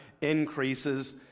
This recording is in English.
increases